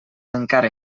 encara